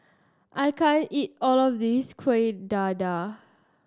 I can't eat all of this Kuih Dadar